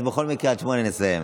אז בכל מקרה עד 08:00 נסיים.